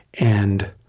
and